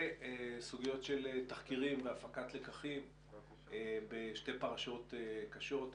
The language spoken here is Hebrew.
וסוגיות של תחקירים להפקת לקחים בשתי פרשות קשות,